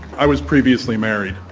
i was previously married,